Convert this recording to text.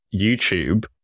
YouTube